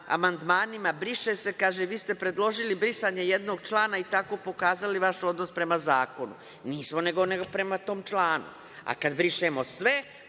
amandmanima – briše se, kaže – vi ste predložili brisanje jednog člana i tako pokazali vaš odnos prema zakonu. Nismo, nego prema tom članu, a kad brišemo sve,